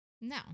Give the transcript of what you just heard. No